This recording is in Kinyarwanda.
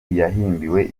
yahimbiwe